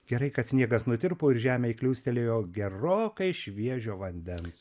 gerai kad sniegas nutirpo ir žemei kliūstelėjo gerokai šviežio vandens